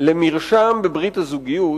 למרשם בברית הזוגיות